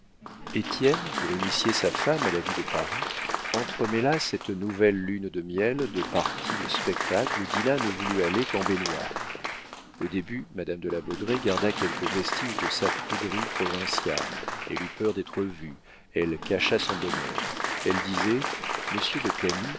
étienne pour initier sa femme à la vie de paris entremêla cette nouvelle lune de miel de parties de spectacles où dinah ne voulut aller qu'en baignoires au début madame de la baudraye garda quelques vestiges de sa pruderie provinciale elle eut peur d'être vue elle cacha son bonheur elle disait